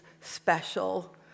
special